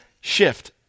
shift